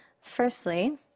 Firstly